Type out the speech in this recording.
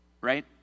right